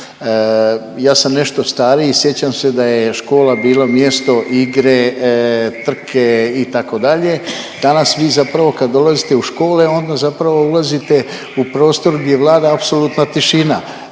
Ja sam nešto stariji, sjećam se da je škola bilo mjesto igre, trke itd., danas vi zapravo kad dolazite u škole onda zapravo ulazite u prostor gdje vlada apsolutna tišina,